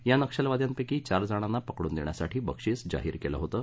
या नक्षलवाद्यांपैकी चार जणांना पकडून देण्यासाठी बक्षीस जाहीर केलं होतं